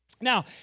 Now